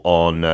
on